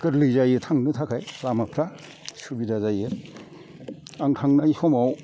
गोरलै जायो थांनो थाखाय लामाफ्रा सुबिदा जायो आं थांनाय समाव